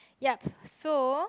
yup so